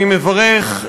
אני מברך,